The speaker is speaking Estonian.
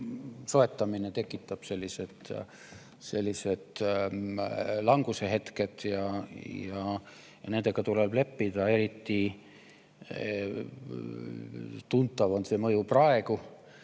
soetamine tekitab sellised langushetked ja nendega tuleb leppida. Eriti tuntav on see mõju praegu